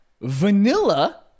Vanilla